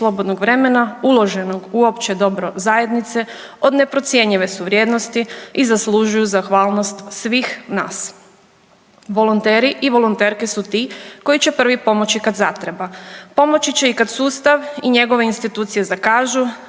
slobodnog vremena uloženog u opće dobro zajednice od neprocjenjive su vrijednosti i zaslužuju zahvalnost svih nas. Volonteri i volonterke su ti koji će prvi pomoći kad zatreba, pomoći će i kad sustav i njegove institucije zakažu,